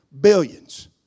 Billions